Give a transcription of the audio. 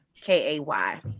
K-A-Y